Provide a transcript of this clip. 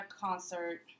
concert